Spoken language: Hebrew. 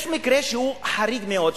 יש מקרה שהוא חריג מאוד,